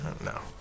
No